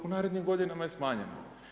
U narednim godinama je smanjeno.